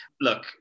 Look